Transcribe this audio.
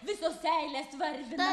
visos seiles varvina